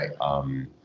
Right